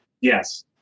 Yes